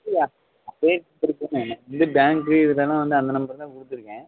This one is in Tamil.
இல்லை அப்போயே கொடுத்துருக்கேன் நான் முன்னாடியே பேங்கில் இதிலலாம் வந்து அந்த நம்பர் தான் கொடுத்துருக்கேன்